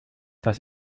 das